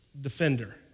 defender